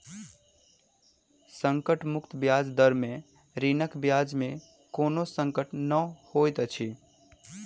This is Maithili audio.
संकट मुक्त ब्याज दर में ऋणक ब्याज में कोनो संकट नै होइत अछि